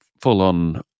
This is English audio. full-on